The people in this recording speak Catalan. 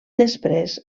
després